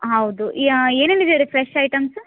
ಹೌದು ಯಾ ಏನೇನಿದೆ ರೀ ಫ್ರೆಶ್ ಐಟಮ್ಸ್